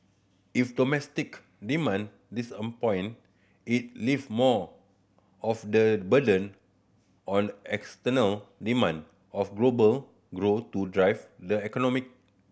if domestic demand disappoint it leave more of the burden on external demand of global grow to drive the economic